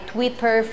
Twitter